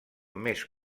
més